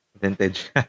Vintage